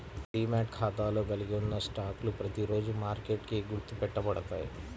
demat ఖాతాలో కలిగి ఉన్న స్టాక్లు ప్రతిరోజూ మార్కెట్కి గుర్తు పెట్టబడతాయి